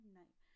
night